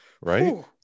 right